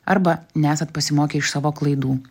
arba nesat pasimokę iš savo klaidų